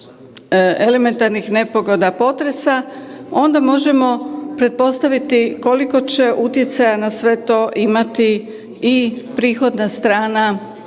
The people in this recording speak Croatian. elementarnih nepogoda, potresa onda možemo pretpostaviti koliko će utjecaja na sve to imati i prihodna strana